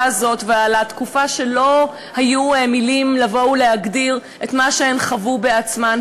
הזאת ועל התקופה שלא היו מילים לבוא ולהגדיר את מה שהן חוו בעצמן,